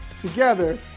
together